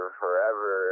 forever